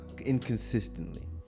inconsistently